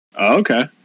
Okay